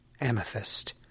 Amethyst